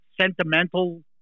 sentimental